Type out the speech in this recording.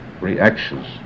reactions